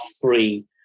free